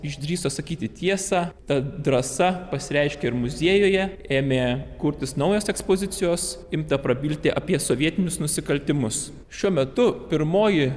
išdrįso sakyti tiesą ta drąsa pasireiškė ir muziejuje ėmė kurtis naujos ekspozicijos imta prabilti apie sovietinius nusikaltimus šiuo metu pirmoji